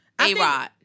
A-Rod